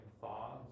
thoughts